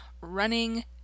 running